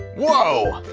whoa!